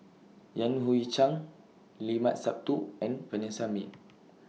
Yan Hui Chang Limat Sabtu and Vanessa Mae